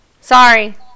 Sorry